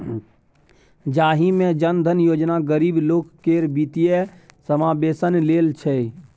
जाहि मे जन धन योजना गरीब लोक केर बित्तीय समाबेशन लेल छै